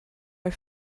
are